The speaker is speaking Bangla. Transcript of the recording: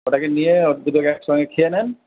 ওটাকে নিয়ে দুটোকে একসঙ্গে খেয়ে নেন